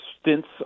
stints